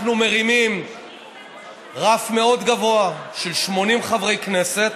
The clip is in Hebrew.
אנחנו מרימים רף מאוד גבוה של 80 חברי כנסת